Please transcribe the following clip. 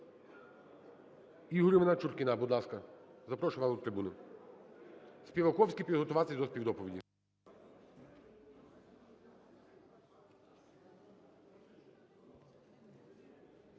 Ігорівна Чуркіна, будь ласка, запрошую вас на трибуну. Співаковський - підготуватися до співдоповіді.